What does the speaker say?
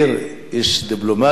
דיפלומט שנים רבות,